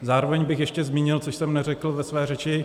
Zároveň bych ještě zmínil, co jsem neřekl ve své řeči.